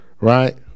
Right